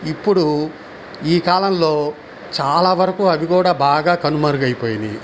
ఇప్పుడు ఈ కాలంలో చాలా వరకు అవి కూడా బాగా కనుమరుగైపోయినియి